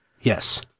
Yes